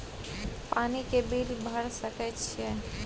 पानी के बिल भर सके छियै?